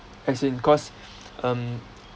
as in because um